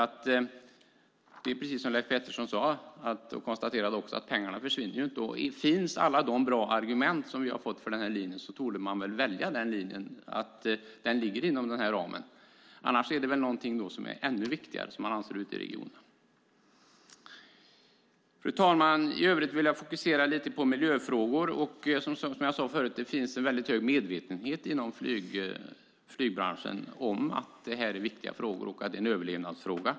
Som Leif Pettersson konstaterade försvinner ju inte pengarna. Med alla bra argument som finns för den linjen ligger den väl inom den här ramen, annars anser man väl att något annat är ännu viktigare i regionen. Fru talman! I övrigt vill jag fokusera på miljöfrågor. Inom flygbranschen finns det en hög medvetenhet om att det är viktiga frågor och att det är en överlevnadsfråga.